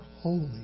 holy